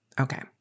Okay